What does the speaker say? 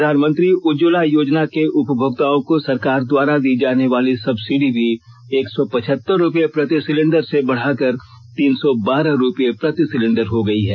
प्रधानमंत्री उज्ज्वला योजना के उपभोक्ताओं को सरकार द्वारा दी जाने वाली सब्सिडी भी एक सौ पचहतर रुपये प्रति सिलेंडर से बढ़कर तीन सौ बारह रुपया प्रति सिलेंडर हो गयी है